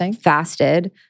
fasted